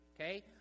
okay